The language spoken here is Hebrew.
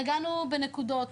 נגענו בנקודות,